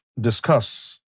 discuss